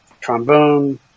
trombone